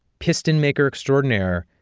piston-maker extraordinaire,